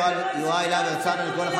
יוראי להב הרצנו.